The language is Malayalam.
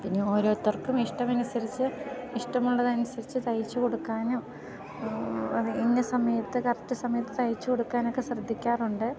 പിന്നെ ഓരോരുത്തർക്കും ഇഷ്ടമനുസരിച്ച് ഇഷ്ടമുള്ളതനുസരിച്ച് തയ്ച്ച് കൊടുക്കാനും ഇന്ന സമയത്ത് കറക്റ്റ് സമയത്ത് തയ്ച്ച് കൊടുക്കാനൊക്കെ ശ്രദ്ധിക്കാറുണ്ട്